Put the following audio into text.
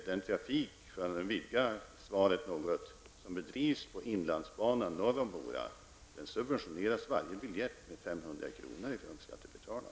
Den trafik, om jag får vidga svaret något, som bedrivs på inlandsbanan norr om Mora, subventioneras av skattebetalarna med 500 kr. på varje biljett.